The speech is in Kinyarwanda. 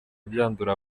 byandura